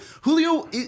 Julio